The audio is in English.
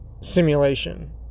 Simulation